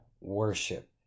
worship